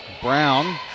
Brown